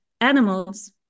animals